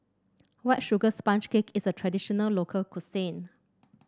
White Sugar Sponge Cake is a traditional local cuisine